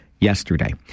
yesterday